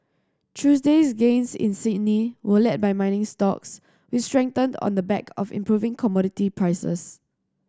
Tuesday's gains in Sydney were led by mining stocks which strengthened on the back of improving commodity prices